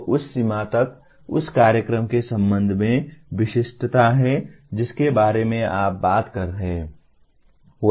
तो उस सीमा तक उस कार्यक्रम के संबंध में विशिष्टता है जिसके बारे में आप बात कर रहे हैं